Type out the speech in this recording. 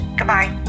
goodbye